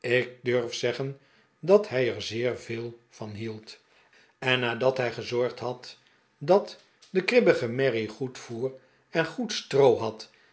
durf zeggen dat hij er zeer veel van hieid en nadat hij gezorgd had dat de kribbige merrie goed voer en goed stroo had